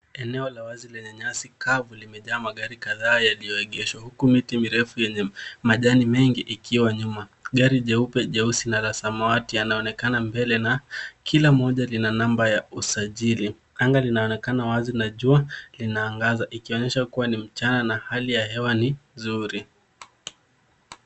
Eneo la wazi lenye nyasi kavu limejaa magari kadhaa yaliyoegeshwa, huku miti mirefu yenye majani mengi ikiwa nyuma. Gari jeupe, jeusi na la samawati yanaonekana mbele na kila moja lina namba ya usajili. Anga linaonekana wazi na jua linaangaza ikionyesha kuwa ni mchana na hali ya hewa ni nzuri.